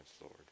Lord